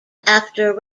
after